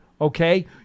okay